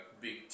big